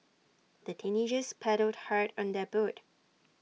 the teenagers paddled hard on their boat